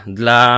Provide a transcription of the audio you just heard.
dla